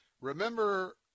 Remember